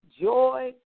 joy